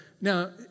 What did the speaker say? Now